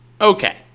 Okay